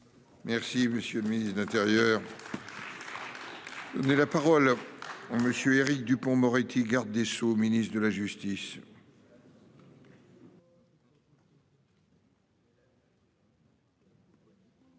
Merci monsieur le ministre de l'Intérieur. La parole. Monsieur Éric Dupond-Moretti Garde des Sceaux, ministre de la justice.